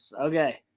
okay